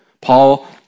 Paul